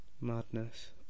Madness